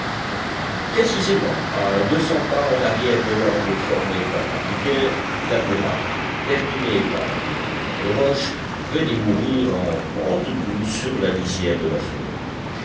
précisément à deux cents pas en arrière de l'angle formé par la rivière la muraille terminée par un éboulement de roches venait mourir en pente douce sur la lisière de la forêt